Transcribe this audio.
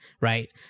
Right